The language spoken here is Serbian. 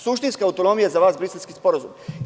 Suštinska autonomija za vas je Briselski sporazum.